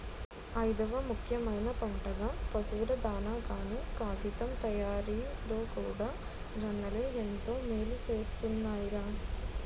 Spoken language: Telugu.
ఐదవ ముఖ్యమైన పంటగా, పశువుల దానాగాను, కాగితం తయారిలోకూడా జొన్నలే ఎంతో మేలుసేస్తున్నాయ్ రా